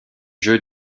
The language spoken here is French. jeu